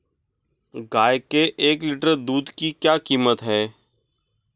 गाय के एक लीटर दूध की क्या कीमत है?